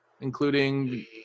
including